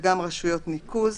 וגם רשויות ניקוז.